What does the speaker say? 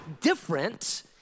different